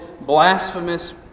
blasphemous